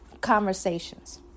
conversations